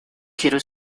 quiero